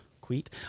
Quit